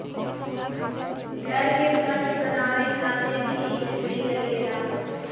घर के फर्श बनावे खातिर भी इ लकड़ी लगेला